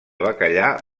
bacallà